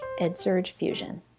EdSurgeFusion